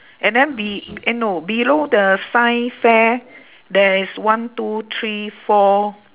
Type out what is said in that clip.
and then be~ eh no below the science fair there is one two three four